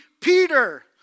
Peter